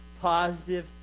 positive